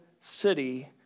city